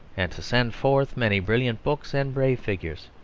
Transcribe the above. and to send forth many brilliant books and brave figures.